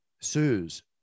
sues